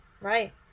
Right